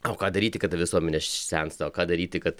o ką daryti kada visuomenė sensta o ką daryti kad